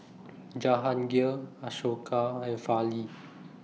Jahangir Ashoka and Fali